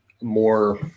more